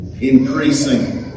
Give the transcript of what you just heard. increasing